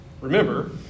Remember